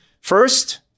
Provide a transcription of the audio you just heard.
First